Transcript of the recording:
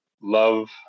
love